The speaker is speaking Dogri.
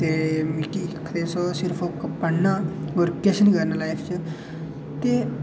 ते ओह् मिगी आखदे तूं पढ़ना सिर्फ होर किश निं करना लाइफ च ते